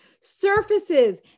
surfaces